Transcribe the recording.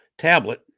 tablet